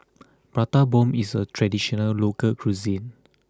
Prata Bomb is a traditional local cuisine